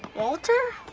walter!